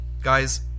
Guys